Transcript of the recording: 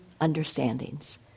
understandings